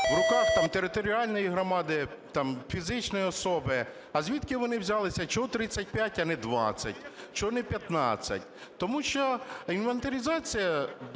у руках там територіальної громади, там фізичної особи. А звідки вони взялися, чого 35, а не 20, чого не 15? Тому що інвентаризація